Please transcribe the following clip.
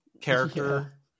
character